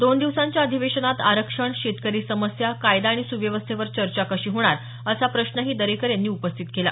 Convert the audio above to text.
दोन दिवसांच्या अधिवेशनात आरक्षण शेतकरी समस्या कायदा आणि सुव्यवस्थेवर चर्चा कशी होणार असा प्रश्नही दरेकर यांनी उपस्थित केला